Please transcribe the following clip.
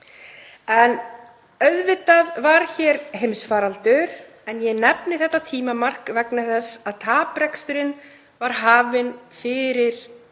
Auðvitað var hér heimsfaraldur en ég nefni þetta tímamark vegna þess að tapreksturinn var hafinn fyrir